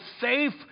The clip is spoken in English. safe